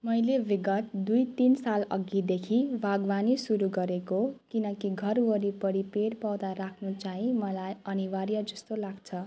मैले विगत दुई तिन साल अघिदेखि बागवानी सुरु गरेको किनकि घरवरिपरि पेड पौधा राख्नु चाहिँ मलाई अनिवार्य जस्तो लाग्छ